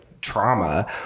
trauma